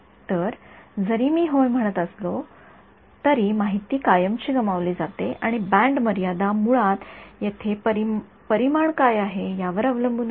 तर जरी मी होय असे म्हणत असलो तरी माहिती कायमची गमावली जाते आणि ही बँड मर्यादा मुळात येथे परिमाण काय आहे यावर अवलंबून असते